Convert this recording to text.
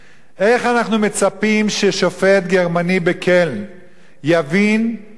איך אנחנו מצפים ששופט גרמני בקלן יבין שברית